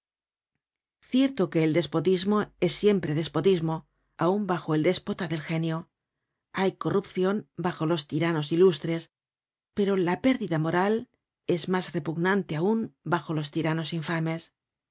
cierto que el despotismo es siempre despotismo aun bajo el déspota del genio hay corrupcion bajo los tiranos ilustres pero la pérdida moral es mas repugnante aun bajo los tiranos infames